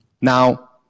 Now